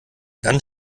dann